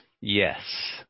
yes